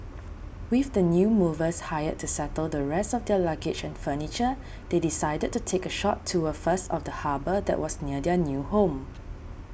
with the new movers hired to settle the rest of their luggage and furniture they decided to take a short tour first of the harbour that was near their new home